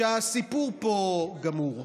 שהסיפור פה גמור.